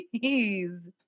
please